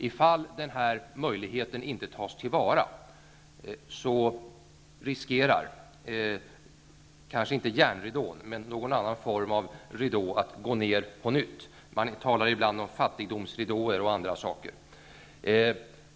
Ifall den här möjligheten inte tas till vara riskerar kanske inte järnridån, men någon annan form av ridå att gå ner på nytt. Man talar ibland om t.ex. fattigdomsridåer och andra.